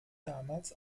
damals